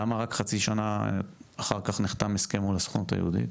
למה רק חצי שנה אחר כך נחתם הסכם מול הסוכנות היהודית?